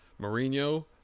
Mourinho